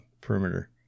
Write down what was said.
perimeter